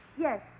Yes